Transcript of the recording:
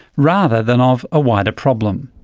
rather than of a wider problem?